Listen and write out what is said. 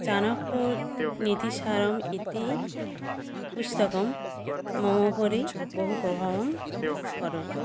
चाणक्यनीतिसारः इति पुस्तकं मम उपरि बहुप्रभावं करोति